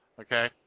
Okay